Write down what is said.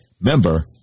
Member